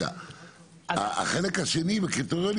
החלק השני בקריטריונים,